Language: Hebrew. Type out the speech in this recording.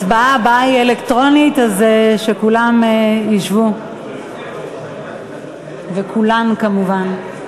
היא אלקטרונית, אז שכולם ישבו, וכולם כמובן.